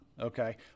Okay